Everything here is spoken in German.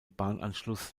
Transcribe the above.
bahnanschluss